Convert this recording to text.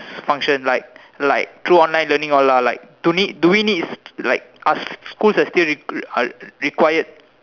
function like like through online learning all ah like don't need do we need like are schools are are required